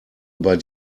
über